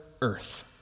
earth